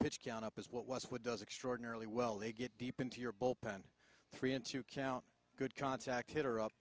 pitch count up as what was what does extraordinarily well they get deep into your bullpen three in two count good contact hitter up